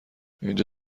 اینجا